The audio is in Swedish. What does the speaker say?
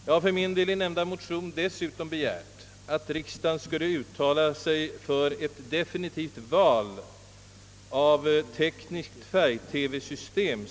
Jag har emellertid i nämnda motion desutom begärt att riksdagen så snart som möjligt skulle uttala sig för ett definitivt val av tekniskt färg-TV-system.